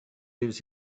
gives